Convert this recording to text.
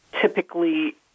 typically